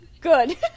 Good